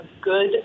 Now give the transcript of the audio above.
good